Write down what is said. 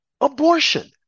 abortion